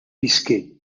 visqué